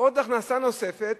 לעוד הכנסה נוספת